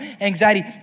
anxiety